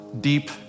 deep